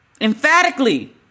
emphatically